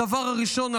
הדבר הראשון,